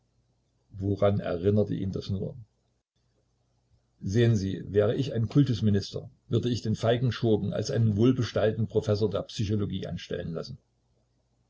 woran erinnerte ihn das nur sehen sie wär ich ein kultusminister würd ich den feigen schurken als einen wohlbestallten professor der psychologie anstellen lassen